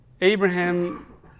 Abraham